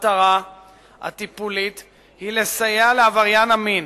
המטרה הטיפולית היא לסייע לעבריין המין